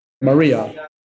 Maria